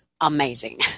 amazing